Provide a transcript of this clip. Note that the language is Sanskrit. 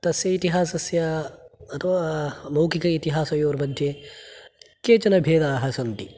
तस्य इतिहासस्य अथवा मौखिक इतिहासयोर्मध्ये केचन भेदाः सन्ति